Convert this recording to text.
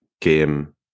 game